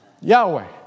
Yahweh